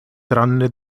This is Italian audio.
tranne